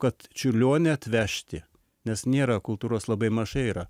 kad čiurlionį atvežti nes nėra kultūros labai mažai yra